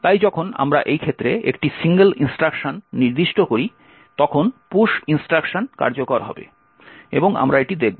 তাই যখন আমরা এই ক্ষেত্রে একটি সিঙ্গেল ইন্সট্রাকশন নির্দিষ্ট করি তখন পুশ ইনস্ট্রাকশন কার্যকর হবে এবং আমরা এটি দেখব